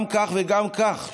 גם כך וגם כך,